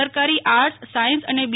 સરકારી arts science અને બી